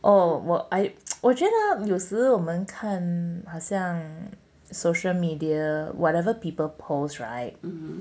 oh were I 我觉得有时我们看好像 social media whatever people post right